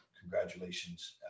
congratulations